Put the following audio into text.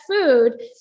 food